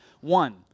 One